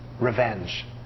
revenge